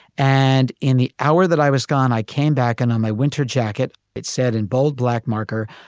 and in the hour that i was gone, i came back in on my winter jacket. it said in bold black marker,